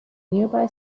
nearby